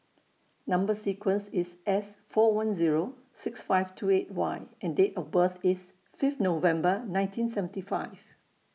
Number sequence IS S four one Zero six five two eight Y and Date of birth IS Fifth November nineteen seventy five